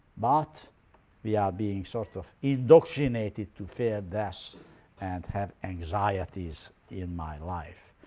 but we are being sort of indoctrinated to fear death and have anxieties in my life.